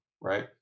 Right